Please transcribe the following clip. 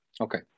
Okay